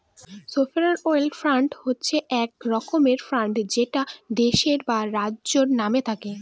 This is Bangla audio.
সভেরান ওয়েলথ ফান্ড হচ্ছে এক রকমের ফান্ড যেটা দেশের বা রাজ্যের নামে থাকে